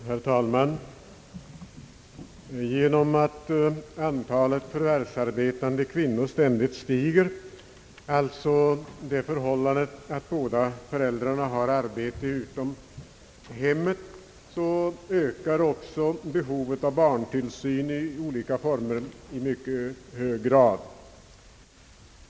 Herr talman! Genom att antalet förvärvsarbetande kvinnor ständigt stiger, alltså det förhållandet att båda föräldrarna har arbete utom hemmet, ökar också behovet av barntillsyn i olika former i mycket hög grad.